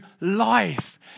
life